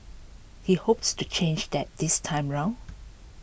he hopes to change that this time round